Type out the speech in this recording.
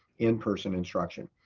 in-person instruction.